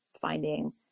finding